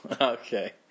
Okay